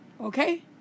okay